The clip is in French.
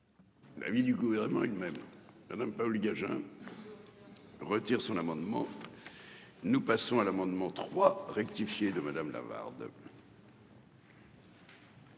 L'avis du gouvernement et même la même Paoli-Gagin. Retire son amendement. Nous passons à l'amendement 3 rectifier le madame Lavarde.